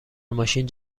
ماشین